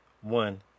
One